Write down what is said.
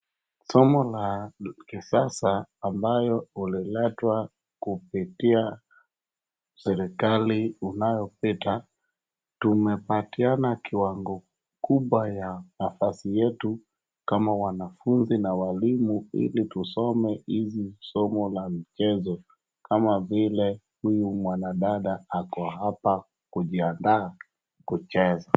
Somo ya kisasa ambayo uliletwa kupitia serekali unayopita tumepatiana kiwango kubwa ya kazi yetu kama wanafunzi na walimu ili tusome hizi somo za michezo kama vile huyu mwanadada ako hapa kujiandaa kucheza.